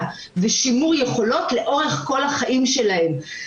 ושימור יכולות לאורך כל החיים שלהם.